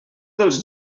dels